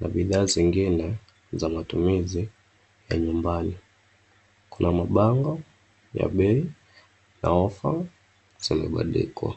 na bidhaa zingine za matumizi ya nyumbani. Kuna mabango ya bei na ofa zimebandikwa.